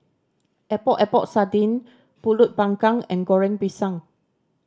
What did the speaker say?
Epok Epok Sardin Pulut Panggang and Goreng Pisang